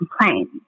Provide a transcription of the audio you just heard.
complain